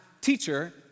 teacher